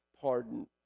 pardon